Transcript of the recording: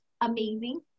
amazing